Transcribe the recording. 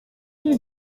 ibi